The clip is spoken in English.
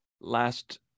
last